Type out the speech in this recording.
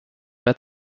pas